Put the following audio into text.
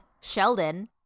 sheldon